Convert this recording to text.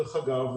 דרך אגב ,